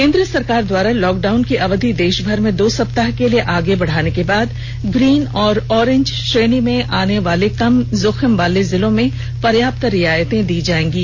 केन्द्र सरकार द्वारा लॉकडाउन की अवधि देशभर में दो सप्ताह के लिए आगे बढ़ाने के बाद ग्रीन और ऑरेंज श्रेणी में आने वाले कम जोखिम वाले जिलों में प्रयाप्त रियायतें दी जाएंगी